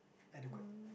adequate